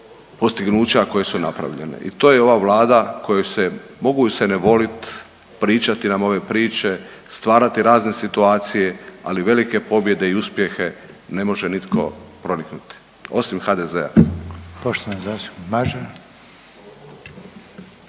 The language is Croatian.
postignuća koje su napravljene. I to je ova Vlada kojoj se mogu se ne volit, pričati nam ove priče, stvarati razne situacije, ali velike pobjede i uspjehe ne može nitko proniknuti osim HDZ-a.